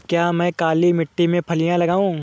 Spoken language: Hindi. क्या मैं काली मिट्टी में फलियां लगाऊँ?